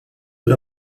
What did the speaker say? era